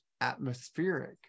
atmospheric